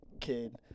kid